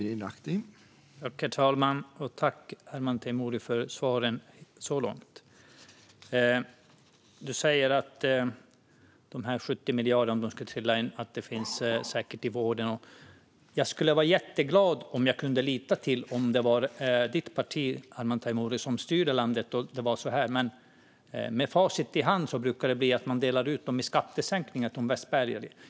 Herr talman! Tack, Arman Teimouri, för svaren så långt! Du säger att om dessa 70 miljarder skulle trilla in finns det säkert behov i vården. Jag skulle vara jätteglad om jag kunde lita på detta om det vore ditt parti, Arman Teimouri, som styrde landet. Men med facit i hand brukar vi se att ni delar ut pengar i skattesänkningar till de mest välbärgade. Herr talman!